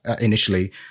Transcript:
initially